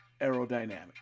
aerodynamics